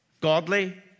godly